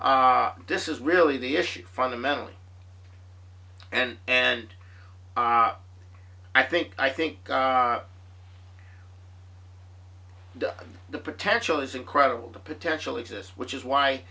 this is really the issue fundamentally and and i think i think the potential is incredible the potential exists which is why